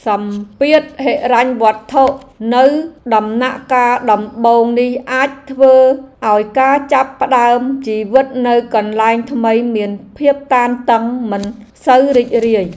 សម្ពាធហិរញ្ញវត្ថុនៅដំណាក់កាលដំបូងនេះអាចធ្វើឱ្យការចាប់ផ្ដើមជីវិតនៅកន្លែងថ្មីមានភាពតានតឹងមិនសូវរីករាយ។